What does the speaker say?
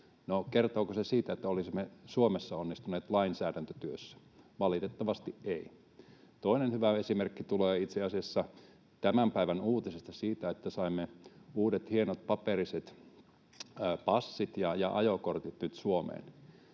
kertooko se siitä, että olisimme Suomessa onnistuneet lainsäädäntötyössä? Valitettavasti ei. Kolmas hyvä esimerkki tulee itse asiassa tämän päivän uutisesta siitä, että saimme uudet hienot paperiset passit ja ajokortit nyt Suomeen.